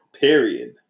Period